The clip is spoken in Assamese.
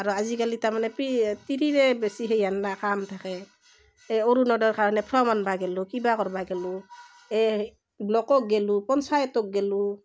আৰু আজিকালি তাৰমানে পি তিৰিৰে বেছি সেই হান না কাম থাকে এই অৰুণোদয়ৰ কাৰণে ফ'ৰ্ম আনবা গ'লো কিবা কৰবা গ'লো এই ব্লকক গ'লো পঞ্চায়তক গ'লো